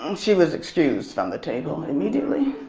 um she was excused from the table immediately,